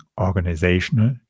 organizational